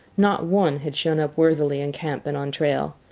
not one had shown up worthily in camp and on trail.